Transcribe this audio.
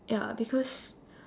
ya because